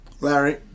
Larry